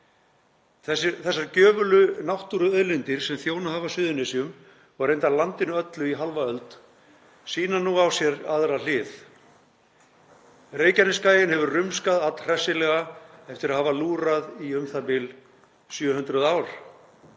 Þessar gjöfulu náttúruauðlindir sem þjónað hafa Suðurnesjum og reyndar landinu öllu í hálfa öld sýna nú á sér aðra hlið. Reykjanesskaginn hefur rumskað allhressilega eftir að hafa lúrað í u.þ.b. 700 ár.